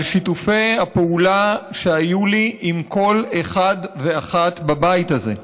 על שיתופי הפעולה שהיו לי עם כל אחד ואחת בבית הזה,